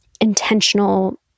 intentional